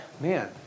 man